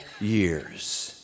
years